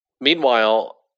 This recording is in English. Meanwhile